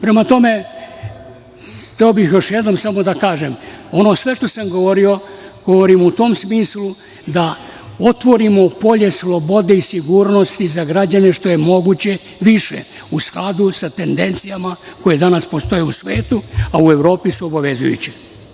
Prema tome, hteo bih još jednom samo da kažem, ono sve što sam govorio, govorim u tom smislu da otvorimo polje slobode i sigurnosti za građane što je moguće više, u skladu sa tendencijama koje danas postoje u svetu, a u Evropi su obavezujuće.